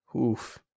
Oof